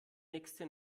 nächste